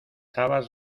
habas